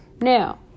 Now